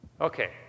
Okay